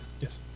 Yes